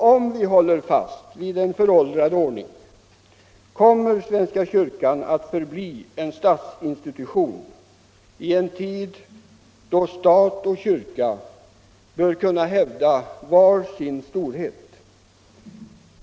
Om vi håller fast vid en föråldrad ordning, kommer svenska kyrkan att förbli en statsinstitution i en tid då stat och kyrka bör kunna hävda var sin storhet.